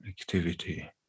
activity